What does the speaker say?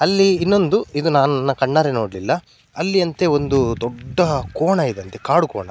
ಅಲ್ಲಿ ಇನ್ನೊಂದು ಇದು ನನ್ನ ಕಣ್ಣಾರೆ ನೋಡಲಿಲ್ಲ ಅಲ್ಲಿಯಂತೆ ಒಂದು ದೊಡ್ಡ ಕೋಣ ಇದೆ ಅಂತೆ ಕಾಡು ಕೋಣ